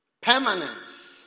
permanence